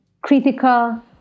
critical